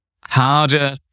harder